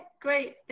great